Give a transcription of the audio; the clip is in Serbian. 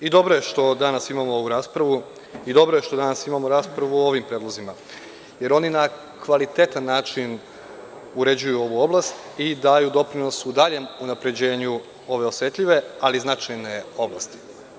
Dobro je što danas imamo ovu raspravu i dobro je što danas imamo raspravu o ovim predlozima jer oni na kvalitetan način uređuju ovu oblast i daju doprinos u daljem unapređenju ove osetljive ali značajne oblasti.